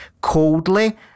coldly